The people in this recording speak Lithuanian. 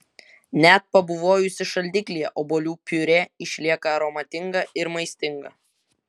net pabuvojusi šaldiklyje obuolių piurė išlieka aromatinga ir maistinga